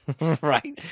Right